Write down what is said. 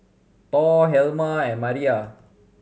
Thor Helma and Maira